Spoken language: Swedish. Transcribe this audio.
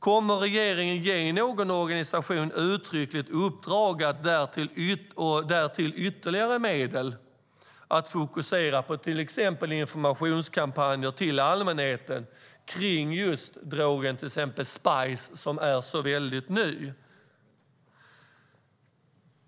Kommer regeringen att ge någon organisation ett uttryckligt uppdrag och därtill ytterligare medel för att fokusera på till exempel informationskampanjer till allmänheten kring exempelvis drogen spice, som är så ny?